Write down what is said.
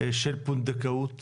של פונדקאות